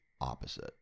opposite